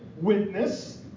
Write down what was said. witness